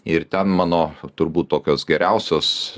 ir ten mano turbūt tokios geriausios